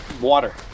water